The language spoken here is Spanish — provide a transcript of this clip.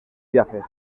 viajes